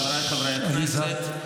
חבריי חברי הכנסת,